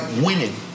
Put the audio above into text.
winning